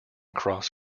cross